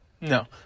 No